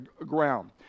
ground